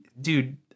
dude